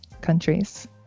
countries